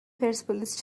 پرسپولیس